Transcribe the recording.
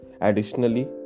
Additionally